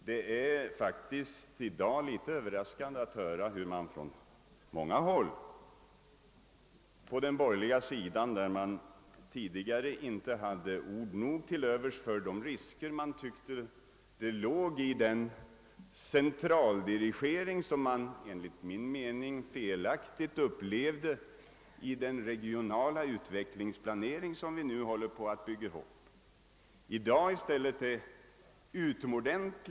Det är faktiskt litet överraskande att höra hur man på den borgerliga sidan i dag är utomordentligt tilltalad av tanken på en centraldirigerad planering av trafikförsörjningen. Tidigare har man från borgerligt håll inte haft ord nog för de risker som låg i en centraldirigering.